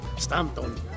Stanton